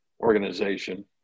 organization